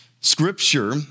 scripture